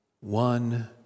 One